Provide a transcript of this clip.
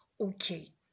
okay